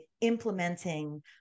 implementing